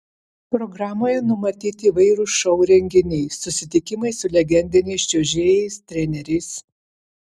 programoje numatyti įvairūs šou renginiai susitikimai su legendiniais čiuožėjais treneriais